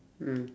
mm